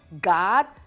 God